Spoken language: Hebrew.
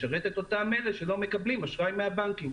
לשרת את אותם אלה שלא מקבלים אשראי מהבנקים.